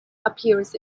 appears